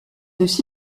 aussi